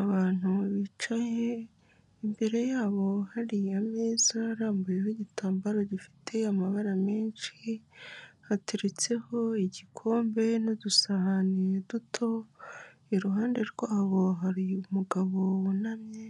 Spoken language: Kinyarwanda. Abantu bicaye imbere yabo hari ameza arambuyeho igitambaro gifite amabara menshi, hateretseho igikombe n'udusahani duto, iruhande rwabo hari umugabo wunamye